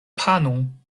panon